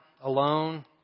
alone